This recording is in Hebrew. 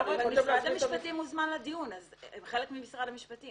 חלק ממשרד המשפטים.